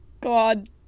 God